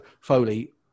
Foley